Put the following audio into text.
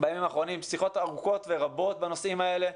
בימים האחרונים שיחות ארוכות ורבות בנושאים האלה.